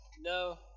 No